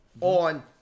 on